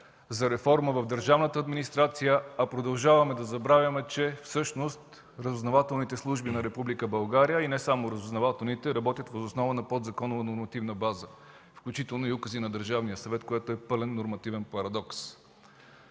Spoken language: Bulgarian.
за реформа в държавната администрация, а продължаваме да забравяме, че всъщност разузнавателните служби на Република България, и не само разузнавателните, работят въз основа на подзаконова нормативна база, включително и укази на Държавния съвет, което е пълен нормативен парадокс.